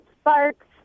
sparks